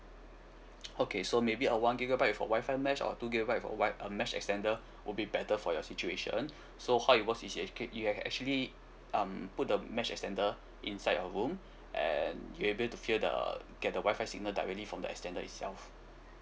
okay so maybe a one gigabyte with a wifi mesh or a two gigabyte for a wi~ a mesh extender will be better for your situation so how it works is a ca~ you can actually um put the mesh extender inside your room and you able to feel the get the wifi signal directly from the extender itself